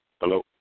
Hello